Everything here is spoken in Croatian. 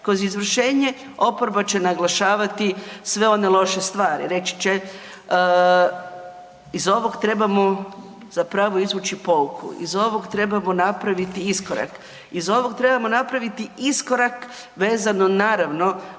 Kroz izvršenje, oporba će naglašavati sve one loše stvari, reći će iz ovog trebamo zapravo izvući pouku. Iz ovog trebamo napraviti iskorak. Iz ovog trebamo napraviti iskorak vezano naravno